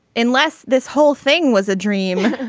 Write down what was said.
unless this whole thing was a dream.